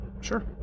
Sure